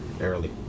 early